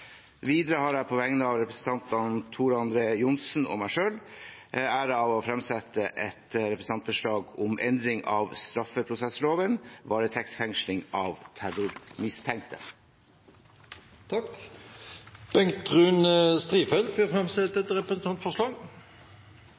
Videre har jeg på vegne av representanten Tor André Johnsen og meg selv æren av å framsette et representantforslag om endring av straffeprosessloven – varetektsfengsling av terrormistenkte. Representanten Bengt Rune Strifeldt vil framsette et representantforslag.